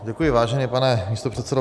Děkuji, vážený pane místopředsedo.